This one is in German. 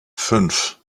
fünf